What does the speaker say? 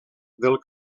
del